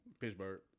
Pittsburgh